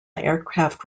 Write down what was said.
aircraft